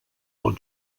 del